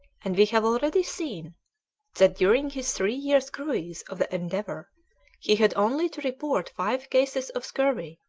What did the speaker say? and we have already seen that during his three years' cruise of the endeavour he had only to report five cases of scurvy,